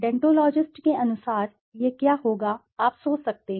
deontologist के अनुसार यह क्या होगा आप सोच सकते हैं